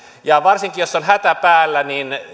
varsinkin jos on hätä päällä